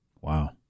Wow